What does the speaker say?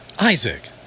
Isaac